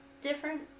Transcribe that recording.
different